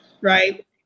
right